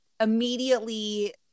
immediately